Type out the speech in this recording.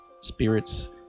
spirits